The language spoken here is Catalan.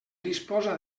disposa